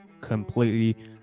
completely